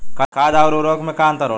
खाद्य आउर उर्वरक में का अंतर होला?